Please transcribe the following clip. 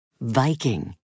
Viking